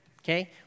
okay